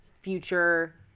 future